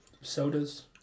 sodas